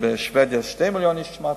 בשבדיה 2 מיליוני איש, שמעתי.